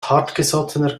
hartgesottener